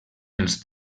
els